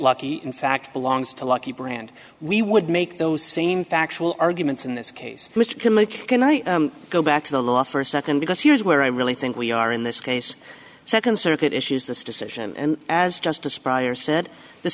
lucky in fact belongs to lucky brand we would make those same factual arguments in this case which can make can i go back to the law for a nd because here is where i really think we are in this case nd circuit issues this decision and as justice prior said this